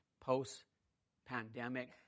post-pandemic